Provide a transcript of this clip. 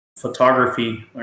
photography